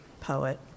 poet